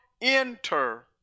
enter